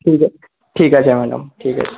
ঠিক আছে ম্যাডাম ঠিক আছে